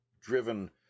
driven